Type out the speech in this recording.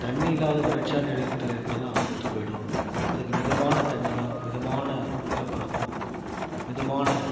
தண்ணி இல்லாத வறட்சியான இடத்தில் இருந்தாலும் செத்துப் போயிடும் அதுக்கு மிதமான தண்ணியும் மிதமான ஈரப்பதமும் மிதமான